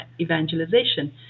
evangelization